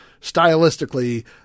stylistically